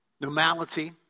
normality